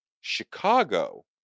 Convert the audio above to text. chicago